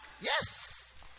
Yes